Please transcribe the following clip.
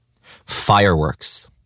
Fireworks